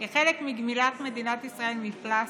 כחלק מגמילת מדינת ישראל מפלסטיק,